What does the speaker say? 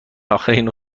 آخرین